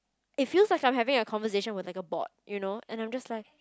it feels like I'm having a conversation with like a bot you know and I'm just like